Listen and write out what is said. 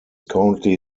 currently